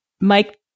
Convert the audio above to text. Mike